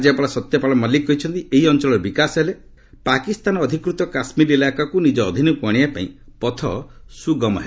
ରାଜ୍ୟପାଳ ସତ୍ୟପାଳ ମଲିକ୍ କହିଛନ୍ତି ଏହି ଅଞ୍ଚଳର ବିକାଶ ହେଲେ ପାକିସ୍ତାନ ଅଧିକୃତ କାଶ୍କୀର ଇଲାକାକୁ ନିକ ଅଧୀନକୁ ଆଣିବାପାଇଁ ପଥ ସୁଗମ ହେବ